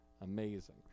Amazing